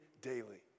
daily